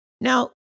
Now